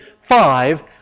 five